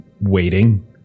waiting